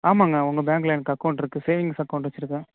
ஆமாங்க உங்க பேங்கில் எனக்கு அக்கவுண்ட்டிருக்கு சேவிங்ஸ் அக்கவுண்ட்டு வச்சிருக்கேன்